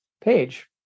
page